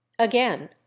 Again